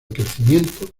crecimiento